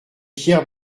pierre